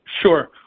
Sure